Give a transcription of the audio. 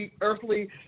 earthly